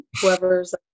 whoever's